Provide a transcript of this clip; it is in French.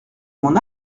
m’en